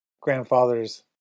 grandfather's